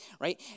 right